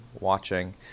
watching